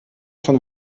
von